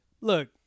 Look